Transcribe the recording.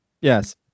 Yes